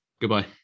Goodbye